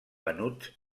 venuts